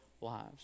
lives